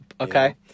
okay